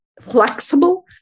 flexible